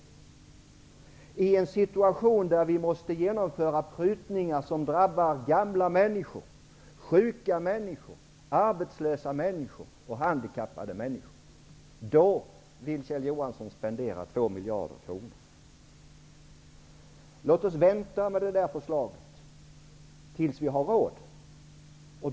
Det vill han göra i en situation där vi måste genomföra prutningar som drabbar gamla människor, sjuka människor, arbetslösa människor och handikappade människor. Då vill Kjell Johansson spendera 2 miljarder kronor. Låt oss vänta med det där förslaget tills vi har råd.